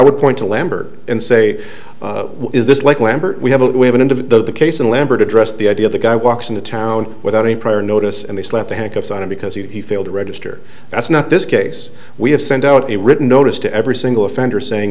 would point to lambert and say is this like lambert we have a woman in the case and lambert addressed the idea of the guy walks into town without any prior notice and they slap the handcuffs on him because he failed to register that's not this case we have send out a written notice to every single offender saying